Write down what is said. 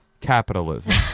capitalism